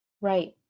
Right